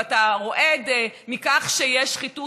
ואתה רועד מכך שיש שחיתות,